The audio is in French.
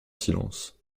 silence